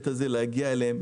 להגיע אליהן,